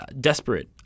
desperate